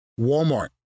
Walmart